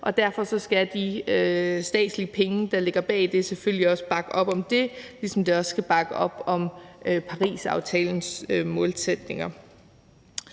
derfor skal de statslige penge, der ligger bag, selvfølgelig også bruges til bakke op om det, ligesom de også skal bruges til at bakke op om Parisaftalens målsætninger.